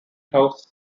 house